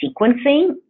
sequencing